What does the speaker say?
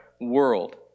world